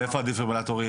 ואיפה הדפיברילטור יהיה?